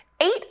Eight